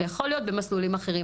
זה יכול להיות במסלולים אחרים,